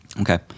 Okay